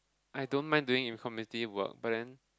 I don't mind doing informative work but then